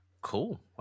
Cool